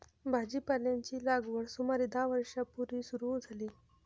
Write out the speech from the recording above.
भाजीपाल्याची लागवड सुमारे दहा हजार वर्षां पूर्वी सुरू झाली